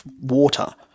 water